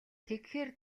тэгэхээр